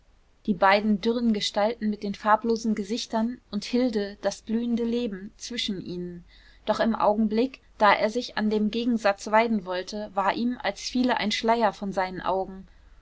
die beiden dürren gestalten mit den farblosen gesichtern und hilde das blühende leben zwischen ihnen doch im augenblick da er sich an dem gegensatz weiden wollte war ihm als fiele ein schleier von seinen augen